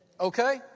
Okay